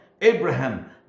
Abraham